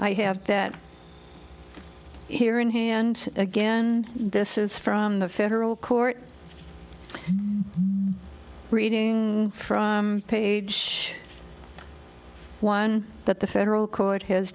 i have that here in hand again this is from the federal court reading from page one that the federal court h